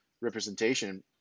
representation